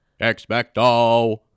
expecto